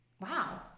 Wow